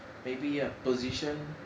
maybe a position